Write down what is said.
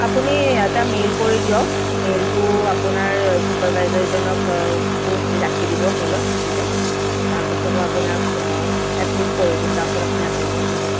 আপুনি এটা মেইল কৰি দিয়ক মেইলটো আপোনাৰ ছুপাৰভাইজাৰজনক ক'ট ৰাখি দিব মেইলত চি চিতে তাৰ পাছত আপোনাক এপ্ৰ'ভ কৰি দিম তাৰ পাছত আপোনাৰ এপ্ৰ'ভ হৈ যাব